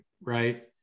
right